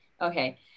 Okay